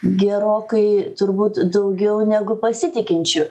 gerokai turbūt daugiau negu pasitikinčių